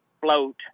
float